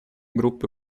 группы